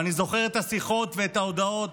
ואני זוכר את השיחות ואת ההודעות: